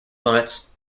limits